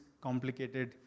complicated